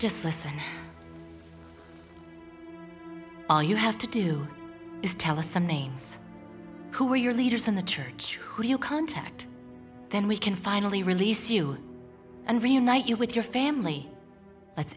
just listen all you have to do is tell us some names who are your leaders in the church who you contact then we can finally release you and reunite you with your family let's